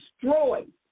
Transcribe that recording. destroyed